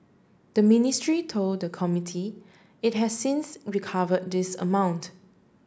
the ministry told the committee it has since recover this amount